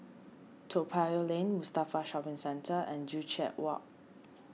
Toa Payoh Lane Mustafa Shopping Centre and Joo Chiat Walk